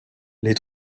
les